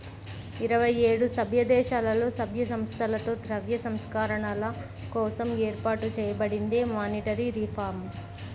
ఇరవై ఏడు సభ్యదేశాలలో, సభ్య సంస్థలతో ద్రవ్య సంస్కరణల కోసం ఏర్పాటు చేయబడిందే మానిటరీ రిఫార్మ్